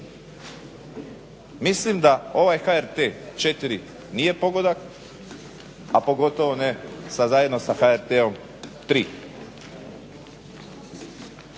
Mislim da ovaj HRT 4 nije pogodak, a pogotovo ne zajedno sa HRT-om 3.